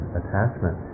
attachment